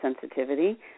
sensitivity